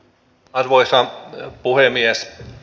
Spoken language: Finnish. arvoisa puhemies